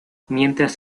mientras